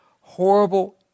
horrible